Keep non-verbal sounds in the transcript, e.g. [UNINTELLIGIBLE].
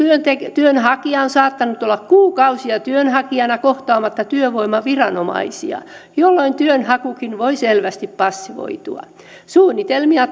työnhakija on saattanut olla kuukausia työnhakijana kohtaamatta työvoimaviranomaisia jolloin työnhakukin voi selvästi passivoitua suunnitelmia [UNINTELLIGIBLE]